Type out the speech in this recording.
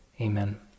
Amen